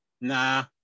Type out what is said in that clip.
Nah